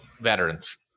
veterans